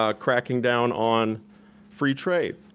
um cracking down on free trade.